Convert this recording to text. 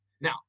Now